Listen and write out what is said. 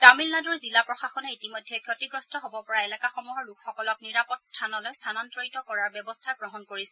তামিলনাডুৰ জিলা প্ৰশাসনে ইতিমধ্যে ক্ষতিগ্ৰস্ত হ'ব পৰা এলেকাসমূহৰ লোকসকলক নিৰাপদ স্থানলৈ স্থানান্তৰিত কৰাৰ ব্যৱস্থা গ্ৰহণ কৰিছে